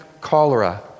cholera